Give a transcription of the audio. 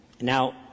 Now